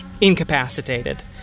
incapacitated